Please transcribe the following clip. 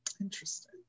interesting